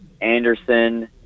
Anderson